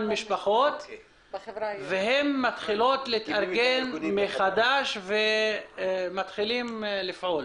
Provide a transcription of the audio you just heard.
משפחות והן מתחילות להתארגן מחדש ומתחילים לפעול.